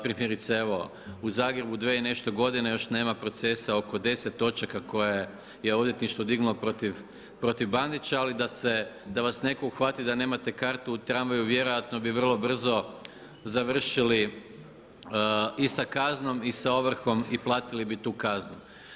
Primjerice, evo u Zagrebu 2 i nešto godina još nema procesa oko 10 točaka koje je odvjetništvo dignulo protiv Bandića ali da vam se netko uhvati da nema kartu u tramvaju, vjerojatno bi vrlo brzo završili i sa kaznom i sa ovrhom i platili bi tu kaznu.